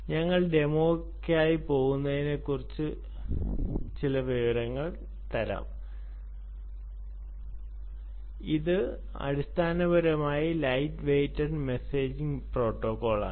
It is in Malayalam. ഞങ്ങൾ ഡെമോയ്ക്കായി പോകുന്നതിനുമുമ്പ് കുറച്ച് വിവരങ്ങൾ തരാം ഇത് അടിസ്ഥാനപരമായി ലൈറ്റ് വെയ്ഗ്റ്റഡ് മെസ്സേജ് പ്രോട്ടോകോൾ ആണ്